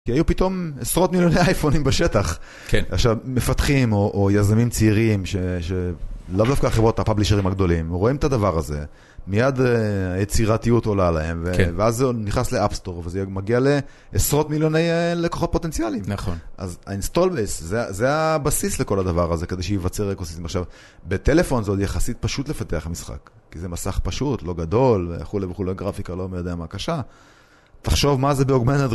כי היו פתאום עשרות מיליוני אייפונים בשטח, עכשיו מפתחים או יזמים צעירים שלאו דווקא חברות הפאבלישרים הגדולים, רואים את הדבר הזה, מיד היצירתיות עולה להם, ואז זה נכנס לאפסטור וזה מגיע לעשרות מיליוני לקוחות פוטנציאליים. נכון. אז ה-Install-Base זה הבסיס לכל הדבר הזה כדי שייווצר אקוסיסטים. עכשיו, בטלפון זה עוד יחסית פשוט לפתח משחק, כי זה מסך פשוט, לא גדול, וכולי וכולי, גרפיקה, לא מי יודע מה קשה. תחשוב מה זה ב...